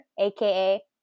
aka